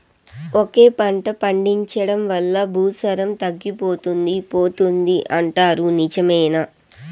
ఒకే పంట పండించడం వల్ల భూసారం తగ్గిపోతుంది పోతుంది అంటారు నిజమేనా